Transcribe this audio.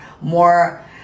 more